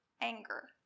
anger